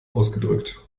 ausgedrückt